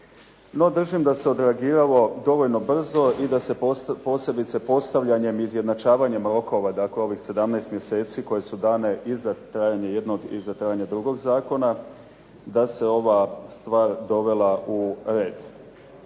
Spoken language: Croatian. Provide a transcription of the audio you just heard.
No držim da se odreagiralo dovoljno brzo i da se posebice postavljanjem i izjednačavanjem rokova, dakle ovih 17 mjeseci koje su dane i za trajanje jednog i za trajanje drugog zakona, da se ova stvar dovela u red.